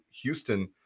Houston